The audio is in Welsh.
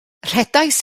rhedais